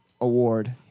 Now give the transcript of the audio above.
award